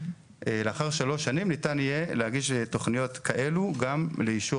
לאחר שלוש שנים ניתן יהיה להגיש תכניות כאלו גם לאישור